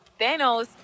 Thanos